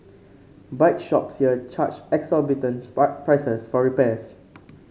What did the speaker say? bike shops here charge exorbitant spark prices for repairs